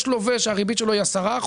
יש לווה שהריבית שלו היא 10%,